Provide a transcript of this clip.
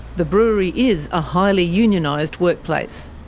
the brewery is a highly unionised workplace.